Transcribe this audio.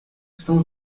estão